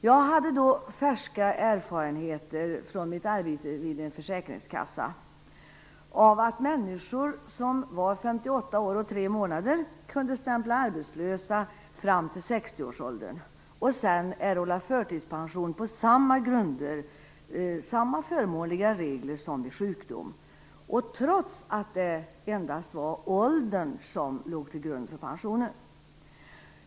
Jag hade då färska erfarenheter från mitt arbete vid en försäkringskassa av att människor som var 58 år och 3 månader kunde så att säga stämpla arbetslösa fram till 60-årsåldern och sedan erhålla förtidspension enligt samma förmånliga regler som vid sjukdom, trots att det endast var åldern som låg till grund för pensionen.